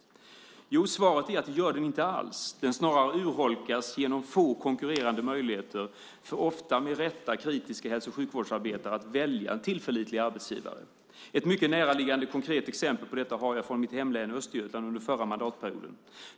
Jo, svaret är att det gör de inte alls. De snarare urholkas genom få konkurrerande möjligheter för ofta med rätta kritiska hälso och sjukvårdsarbetare att välja en tillförlitlig arbetsgivare. Ett mycket näraliggande konkret exempel på detta har jag från mitt hemlän Östergötland under förra mandatperioden.